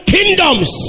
Kingdoms